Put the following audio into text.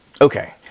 Okay